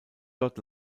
dort